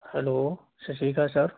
hello Sat Sri Akal sir